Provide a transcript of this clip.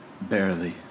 Barely